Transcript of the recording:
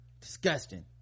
Disgusting